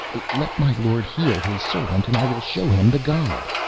let my lord heal his servant, and i will show him the god.